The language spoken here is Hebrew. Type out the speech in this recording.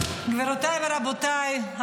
גבירותיי ורבותיי,